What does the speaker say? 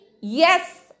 Yes